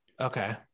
Okay